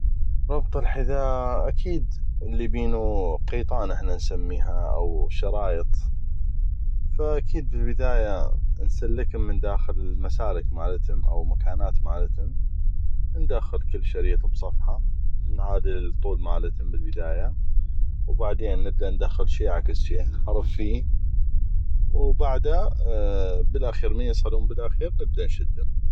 ربط الحذاء اكيد اللي بينو قيطان احنا نسميها أو شرائط ف اكيد بالبدايه نسلكم من داخل مسالك مالتم أو مكانات مالتم ندخل كل شريط بصفحه ونعادل الطول مالتم بالبدايه وبعدين نبدا ندخل شي عكس شي حرف في وبعده بالاخير من يصلون بالاخير نبدا نشدم